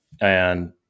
And-